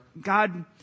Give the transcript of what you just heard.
God